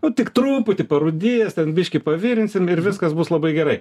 nu tik truputį parūdijęs ten biškį pavirinsim ir viskas bus labai gerai